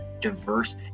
diverse